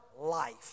life